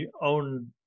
own